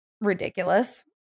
ridiculous